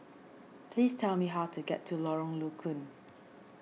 please tell me how to get to Lorong Low Koon